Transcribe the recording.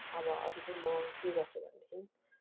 अब अरू चाहिँ म के गर्छु भन्दाखेरि